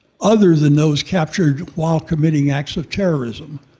other than those captured while committing acts of terrorism.